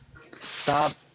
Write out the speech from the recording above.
Stop